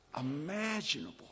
imaginable